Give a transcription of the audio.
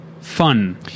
fun